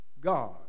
God